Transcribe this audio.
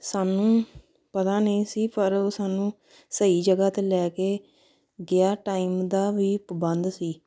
ਸਾਨੂੰ ਪਤਾ ਨਹੀਂ ਸੀ ਪਰ ਉਹ ਸਾਨੂੰ ਸਹੀ ਜਗ੍ਹਾ 'ਤੇ ਲੈ ਕੇ ਗਿਆ ਟਾਈਮ ਦਾ ਵੀ ਪਾਬੰਧ ਸੀ